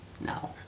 No